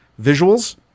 visuals